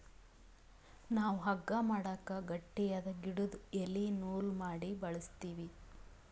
ನಾವ್ ಹಗ್ಗಾ ಮಾಡಕ್ ಗಟ್ಟಿಯಾದ್ ಗಿಡುದು ಎಲಿ ನೂಲ್ ಮಾಡಿ ಬಳಸ್ತೀವಿ